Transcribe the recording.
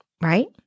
right